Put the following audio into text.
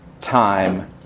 time